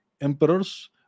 emperors